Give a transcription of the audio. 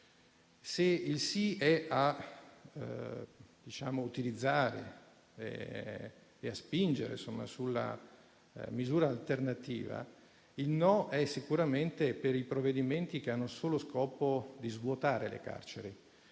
Se il sì è a utilizzare e a spingere sulla misura alternativa, il no è sicuramente per i provvedimenti che hanno il solo scopo di svuotare le carceri,